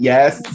Yes